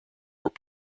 were